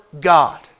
God